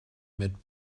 mit